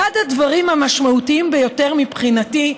אחד הדברים המשמעותיים ביותר, מבחינתי,